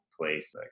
place